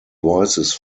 voices